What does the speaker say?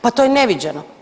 Pa to je neviđeno!